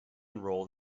enroll